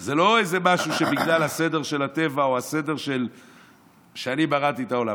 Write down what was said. זה לא איזה משהו שבגלל הסדר של הטבע או הסדר שאני בראתי את העולם,